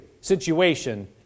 situation